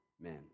men